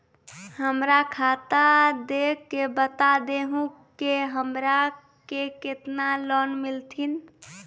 हमरा खाता देख के बता देहु के हमरा के केतना लोन मिलथिन?